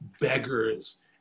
beggars